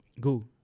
Go